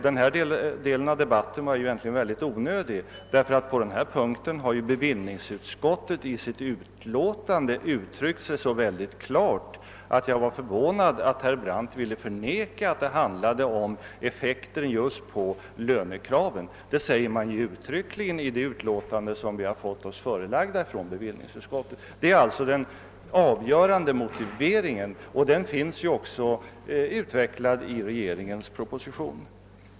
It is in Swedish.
Denna del av debatten var egentligen onödig, ty på denna punkt har bevillningsutskottet i sitt betänkande uttryckt sig så klart att jag var förvånad över att herr Brandt ville förneka att det handlade om effekter just på lönekraven. Det sägs uttryckligen i bevillningsutskottets betänkande. Det är alltså den avgörande motiveringen, och denna utvecklas även i propositionen.